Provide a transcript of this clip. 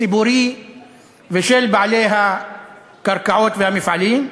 ציבורי ושל בעלי הקרקעות והמפעלים,